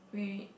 we